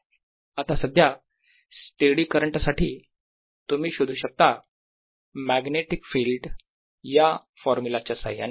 आता सध्या steady current साठी तुम्ही शोधू शकता मॅग्नेटिक फिल्ड या फॉर्मुला च्या साह्याने